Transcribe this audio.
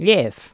Yes